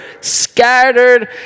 scattered